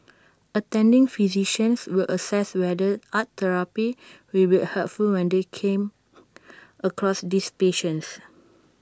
attending physicians will assess whether art therapy will be helpful when they come across these patients